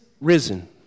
risen